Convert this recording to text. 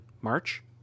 March